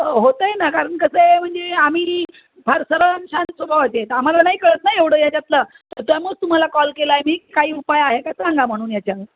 होतं आहे ना कारण कसं आहे म्हणजे आम्ही फार सर्व छान स्वभावाचे आहेत तर आम्हाला नाही कळत ना एवढं याच्यातलं तर त्यामुळेच तुम्हाला कॉल केला आहे मी काही उपाय आहे का सांगा म्हणून याच्यावर